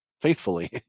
faithfully